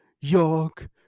York